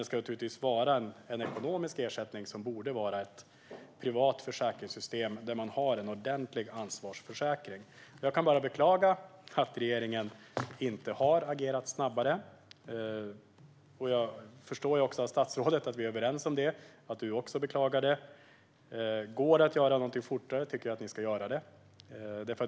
Det ska naturligtvis vara en ekonomisk ersättning, som borde vara ett privat försäkringssystem där man har en ordentlig ansvarsförsäkring. Jag kan bara beklaga att regeringen inte har agerat snabbare. Jag förstår av det statsrådet säger att vi är överens om det och att hon också beklagar detta. Går det att göra någonting fortare tycker jag att ni ska göra det.